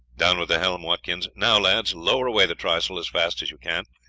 down with the helm, watkins. now, lads, lower away the trysail as fast as you can.